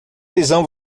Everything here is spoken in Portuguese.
visão